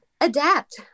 adapt